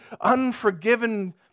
unforgiven